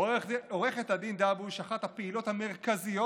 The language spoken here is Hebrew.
עו"ד דבוש היא אחת הפעילות המרכזיות